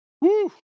Woo